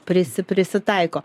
prisi prisitaiko